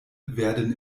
werden